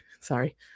Sorry